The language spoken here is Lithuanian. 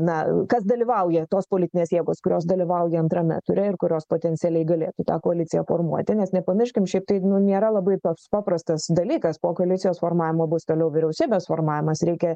na kas dalyvauja tos politinės jėgos kurios dalyvauja antrame ture ir kurios potencialiai galėtų tą koaliciją formuoti nes nepamirškim šiaip tai nėra labai toks paprastas dalykas po koalicijos formavimo bus toliau vyriausybės formavimas reikia